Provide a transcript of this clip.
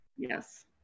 Yes